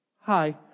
hi